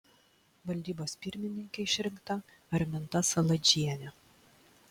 valdybos pirmininke išrinkta arminta saladžienė